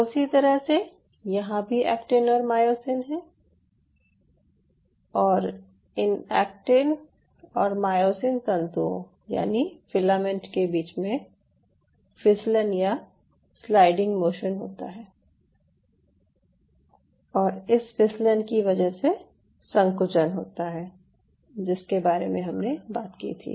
उसी तरह से यहाँ भी एक्टिन और मायोसिन हैं और इन एक्टिन और मायोसिन तंतुओं या फिलामेंट के बीच में फिसलन या स्लाइडिंग मोशन होता है और इस फिसलन की वजह से संकुचन होता है जिसके बारे में हमने बात की थी